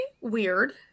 weird